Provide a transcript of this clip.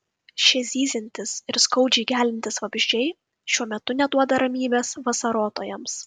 šie zyziantys ir skaudžiai geliantys vabzdžiai šiuo metu neduoda ramybės vasarotojams